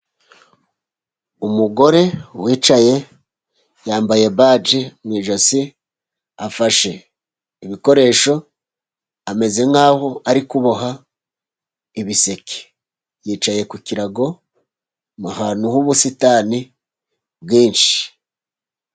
Umugore wicaye yambaye baji mu ijosi, afashe ibikoresho, ameze nk'aho ari kuboha ibiseke. Yicaye ku kirago mu hantu h'ubusitani bwinshi.